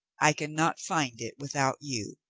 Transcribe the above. i can not find it without you.